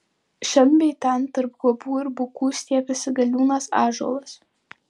šen bei ten tarp guobų ir bukų stiepėsi galiūnas ąžuolas